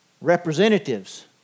representatives